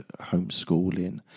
homeschooling